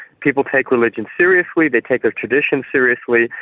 people take religion seriously, they take a tradition seriously,